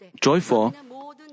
joyful